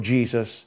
Jesus